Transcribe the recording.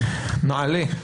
נעל"ה.